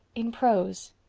in prose,